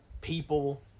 people